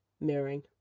mirroring